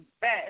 best